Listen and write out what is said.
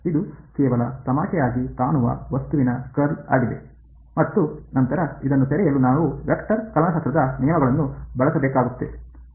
ಇದು ಕೆಲವು ತಮಾಷೆಯಾಗಿ ಕಾಣುವ ವಸ್ತುವಿನ ಕರ್ಲ್ ಆಗಿದೆ ಮತ್ತು ನಂತರ ಇದನ್ನು ತೆರೆಯಲು ನಾವು ವೆಕ್ಟರ್ ಕಲನಶಾಸ್ತ್ರದ ನಿಯಮಗಳನ್ನು ಬಳಸಬೇಕಾಗುತ್ತದೆ